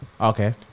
Okay